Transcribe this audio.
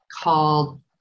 called